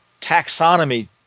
taxonomy